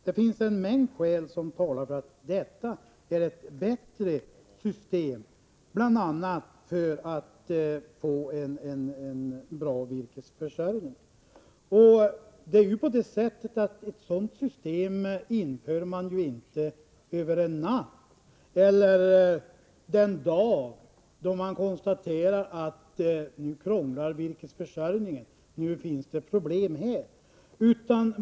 Det finns mycket som talar för att detta är ett bättre system, bl.a. kravet på en bra virkesförsörjning. Ett sådant system inför man inte över en natt eller den dag då man konstaterar att virkesförsörjningen krånglar.